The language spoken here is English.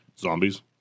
zombies